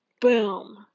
boom